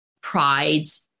pride's